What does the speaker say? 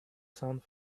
sound